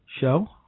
show